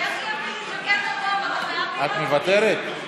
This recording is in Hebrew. את מוותרת?